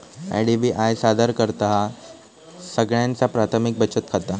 IDBI सादर करतहा सगळ्यांचा प्राथमिक बचत खाता